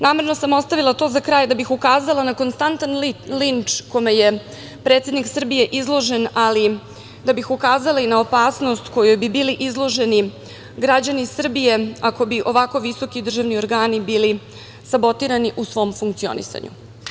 Namerno sam ostavila predsednika za kraj, da bih ukazala na konstantan linč kome je predsednik Srbije izložen, ali da bih ukazala i na opasnost kojoj bi bili izloženi građani Srbije ako bi ovako visoki državni organi bili sabotirani u svom funkcionisanju.